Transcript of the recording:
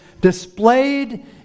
displayed